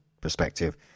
perspective